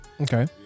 okay